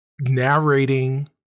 narrating